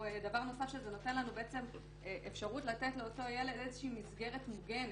זה גם נותן לנו אפשרות לתת לאותו ילד מסגרת מוגנת.